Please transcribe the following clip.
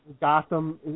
Gotham